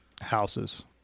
houses